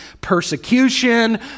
persecution